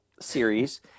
series